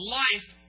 life